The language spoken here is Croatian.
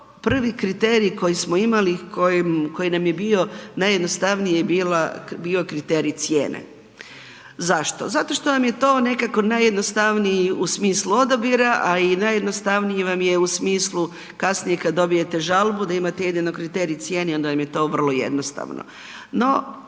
prvi kriterij koji smo imali, koji nam je bio najjednostavniji je bila, bio kriterij cijene. Zašto? Zato što nam je to nekako najjednostavniji u smislu odabira, a i najjednostavniji vam je u smislu kasnije kad dobijete žalbu da imate jedino kriterij cijeni onda vam je to vrlo jednostavno.